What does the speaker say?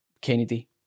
Kennedy